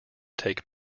take